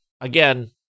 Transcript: Again